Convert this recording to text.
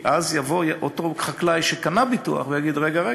כי אז יבוא אותו חקלאי שקנה ביטוח ויגיד: רגע,